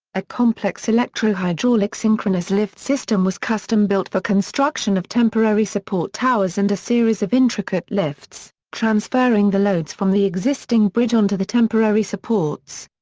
a complex electro-hydraulic synchronous lift system was custom built for construction of temporary support towers and a series of intricate lifts, transferring the loads from the existing bridge onto the temporary supports.